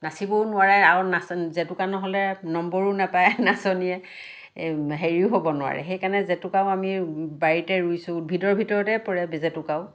নাচিবও নোৱাৰে আৰু জেতুকা নহ'লে নম্বৰো নাপায় নাচনীয়ে হেৰিও হ'ব নোৱাৰে সেইকাৰণে জেতুকাও আমি বাৰীতে ৰুইছোঁ উদ্ভিদৰ ভিতৰতে পৰে জেতুকাও